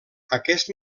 aquest